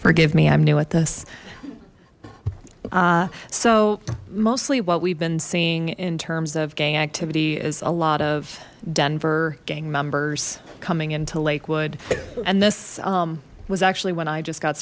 forgive me i'm new at this so mostly what we've been seeing in terms of gang activity is a lot of denver gang members coming into lakewood and this was actually when i just got